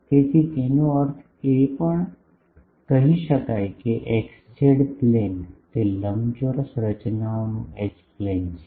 તેથી એનો અર્થ એ કે આપણે કહી શકીએ કે x z પ્લેન તે લંબચોરસ રચનાઓનું એચ પ્લેન છે